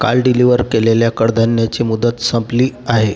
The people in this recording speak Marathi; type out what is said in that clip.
काल डिलिव्हर केलेल्या कडधान्याची मुदत संपली आहे